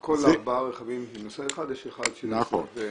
על כל ארבעה רכבים עם נוסע אחד יש אחד שנוסע עם יותר.